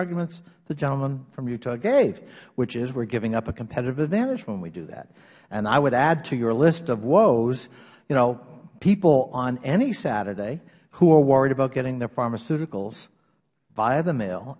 arguments the gentleman from utah gave which is we are giving up a competitive advantage when we do that and i would add to your list of woes you know people on any saturday who are worried about getting their pharmaceuticals via the mail